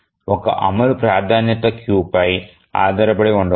ఒక అమలు ప్రాధాన్యత క్యూ పై ఆధారపడి ఉండవచ్చు